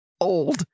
old